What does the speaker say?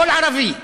כל ערבי.